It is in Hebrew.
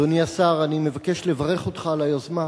אדוני השר, אני מבקש לברך אותך על היוזמה.